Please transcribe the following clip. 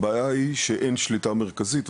הבעיה היא שאין שליטה מרכזית,